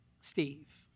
Steve